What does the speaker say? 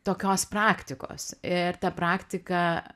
tokios praktikos ir ta praktika